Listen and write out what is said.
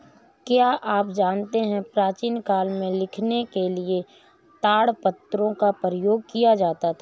क्या आप जानते है प्राचीन काल में लिखने के लिए ताड़पत्रों का प्रयोग किया जाता था?